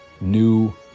new